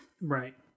Right